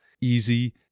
easy